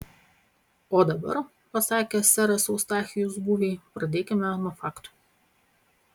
o dabar pasakė seras eustachijus guviai pradėkime nuo faktų